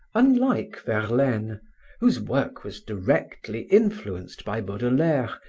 unlike verlaine whose work was directly influenced by baudelaire,